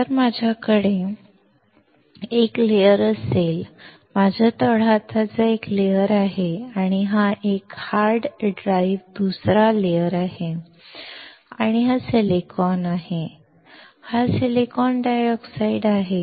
जर माझ्याकडे एक थर असेल माझ्या तळहाताचा एक थर आहे आणि हा हार्ड ड्राइव्ह दुसरा स्तर आहे आणि हा सिलिकॉन आहे आणि हा सिलिकॉन डायऑक्साइड आहे